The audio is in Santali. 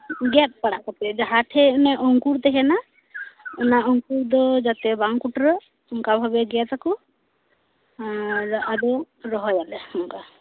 ᱜᱮᱫ ᱯᱟᱲᱟᱜ ᱠᱟᱛᱮᱜ ᱡᱟᱦᱟᱸ ᱴᱷᱮᱡ ᱚᱱᱮ ᱚᱝᱠᱩᱨ ᱛᱟᱦᱮᱸᱱᱟ ᱚᱱᱟ ᱚᱝᱠᱩᱨ ᱫᱚ ᱡᱟᱛᱮ ᱵᱟᱝ ᱠᱩᱴᱨᱟᱹᱜ ᱚᱝᱠᱟᱵᱷᱟᱵᱮ ᱜᱮᱫᱟᱠᱚ ᱟᱨᱟᱫᱚ ᱨᱚᱦᱚᱭᱟᱞᱮ ᱚᱝᱠᱟ